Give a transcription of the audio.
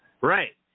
Right